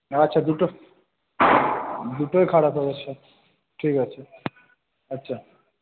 আচ্ছা দুটো দুটোই খারাপ হয়ে গেছে ঠিক আছে আচ্ছা